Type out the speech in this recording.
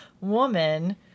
woman